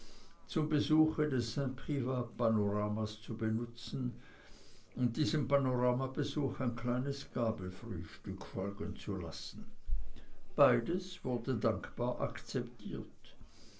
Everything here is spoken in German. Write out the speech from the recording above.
zum besuch des st privat panoramas zu benutzen und diesem panoramabesuch ein kleines gabelfrühstück folgen zu lassen beides wurde dankbar akzeptiert